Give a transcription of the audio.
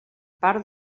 part